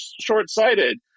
short-sighted